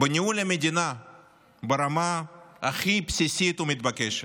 בניהול המדינה ברמה הכי בסיסית ומתבקשת.